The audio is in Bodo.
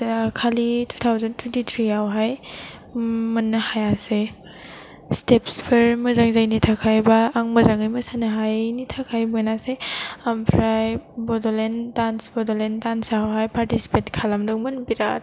दाखालि टु थावसेन्ड टुवेन्टि थ्रि आवहाय मोननो हायासै स्टेप्सफोर मोजां जायैनि थाखाय बा आं मोजाङै मोसानो हायैनि थाखाय मोनासै ओमफ्राय बड'लेण्ड डान्स बड'लेण्ड डान्सआवहाय पार्टिसिपेट खालामदोंमोन बिराद